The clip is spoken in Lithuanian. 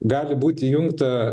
gali būt įjungta